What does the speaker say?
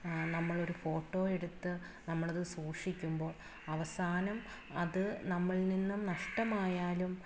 നമ്മളൊരു ഫോട്ടോ എടുത്ത് നമ്മളത് സൂക്ഷിക്കുമ്പോൾ അവസാനം അത് നമ്മളിൽ നിന്നും നഷ്ടമായാലും